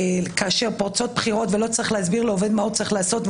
כאשר פורצות בחירות ולא צריך להסביר לעובד מה הוא צריך לעשות,